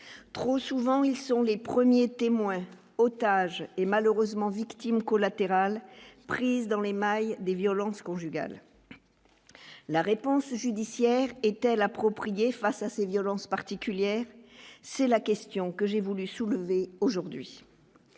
trop souvent, ils sont les premiers témoins otages et malheureusement victime collatérale prise dans les mailles des violences conjugales, la réponse judiciaire est-elle appropriée face à ces violences particulières, c'est la question que j'ai voulu soulever aujourd'hui